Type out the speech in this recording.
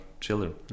children